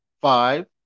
five